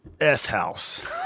S-house